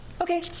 Okay